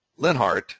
Linhart